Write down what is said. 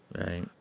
Right